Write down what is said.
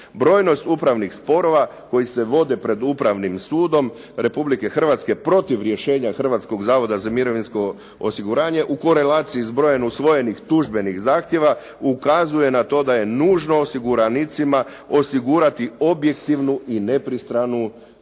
Brojnost upravnih sporova koji se vode pred Upravnim sudom Republike Hrvatske protiv rješenja Hrvatskog zavoda za mirovinsko osiguranje u korelaciji je s brojem usvojenih tužbenih zahtjeva, ukazuje na to da je nužno osiguranicima osigurati objektivnu i nepristranu pravnu